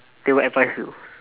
they will advise you